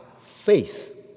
faith